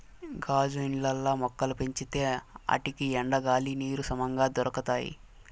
గాజు ఇండ్లల్ల మొక్కలు పెంచితే ఆటికి ఎండ, గాలి, నీరు సమంగా దొరకతాయి